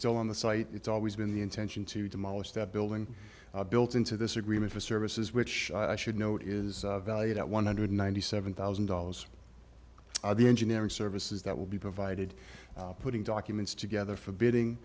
still on the site it's always been the intention to demolish that building built into this agreement for services which i should note is valued at one hundred ninety seven thousand dollars the engineering services that will be provided putting documents together